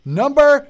number